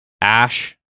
ash